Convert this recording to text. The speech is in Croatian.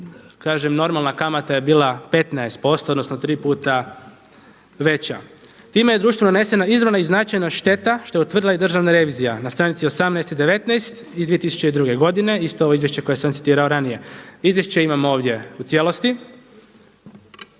Kažem normalna kamata je bila 15% odnosno tri puta veća. Time je društvu nanesena izravna i značajna šteta što je utvrdila i Državna revizija, na stranici 18 i 19 iz 2002. godine, isto ovo izvješće koje sam citirao i ranije. Izvješće imam ovdje u cijelosti,